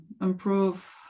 improve